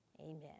Amen